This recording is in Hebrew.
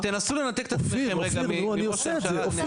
תנסו לנתק את עצמכם רגע לראש הממשלה ולהסתכל על החוק.